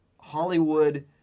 Hollywood